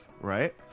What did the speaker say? right